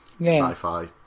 sci-fi